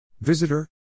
Visitor